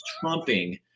trumping